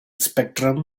spectrum